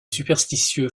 superstitieux